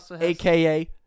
AKA